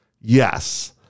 yes